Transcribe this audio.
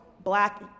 black